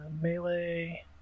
melee